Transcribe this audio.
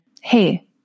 Hey